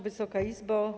Wysoka Izbo!